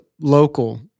local